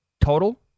Total